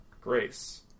Grace